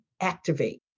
activate